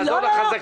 של לעזור לחזקים.